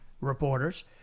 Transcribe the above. reporters